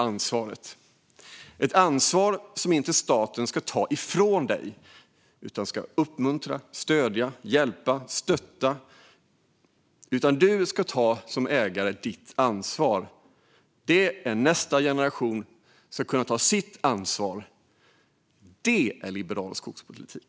Det är ett ansvar som staten inte ta ifrån människor, utan staten ska uppmuntra, stödja, hjälpa och stötta. Ägare ska ta sitt ansvar för att nästa generation ska kunna ta sitt ansvar. Det är liberal skogspolitik.